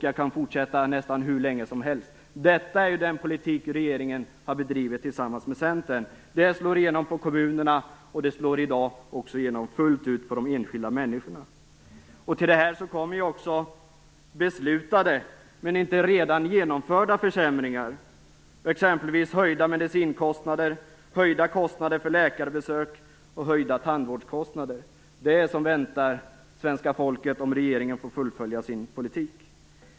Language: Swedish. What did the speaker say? Jag kan fortsätta nästan hur länge som helst. Detta är den politik som regeringen har bedrivit tillsammans med Centern. Den slår igenom i kommunerna och fullt ut för de enskilda människorna. Till detta kommer också beslutade men ännu inte genomförda försämringar, exempelvis höjda medicinkostnader, höjda kostnader för läkarbesök och höjda tandvårdskostnader. Det är vad som väntar svenska folket om regeringen får fullfölja sin politik.